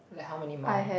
like how many mounds